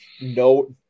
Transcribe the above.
no –